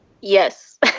Yes